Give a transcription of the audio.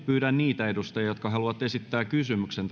pyydän niitä edustajia jotka haluavat esittää kysymyksen